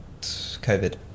COVID